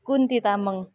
Kunti Tamang